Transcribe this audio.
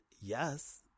yes